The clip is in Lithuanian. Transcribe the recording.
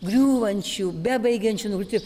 griūvančių bebaigiančių nugriūti